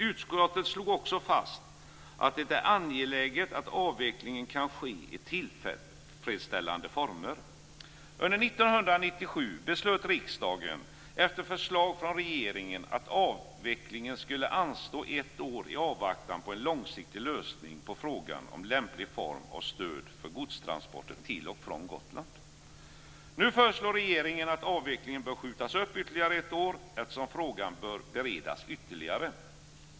Utskottet slog också fast att det är angeläget att avvecklingen kan ske i tillfredsställande former. Nu föreslår regeringen att avvecklingen skall skjutas upp ytterligare ett år, eftersom frågan bör beredas ytterligare.